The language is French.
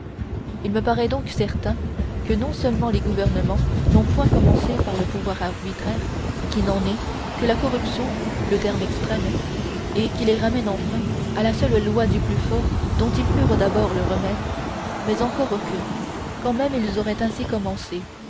il me paraît donc certain que non seulement les gouvernements n'ont point commencé par le pouvoir arbitraire qui n'en est que la corruption le terme extrême et qui les ramène enfin à la seule loi du plus fort dont ils furent d'abord le remède mais encore que quand même ils auraient ainsi commencé